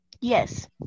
yes